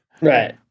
Right